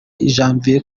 janvier